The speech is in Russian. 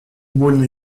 больно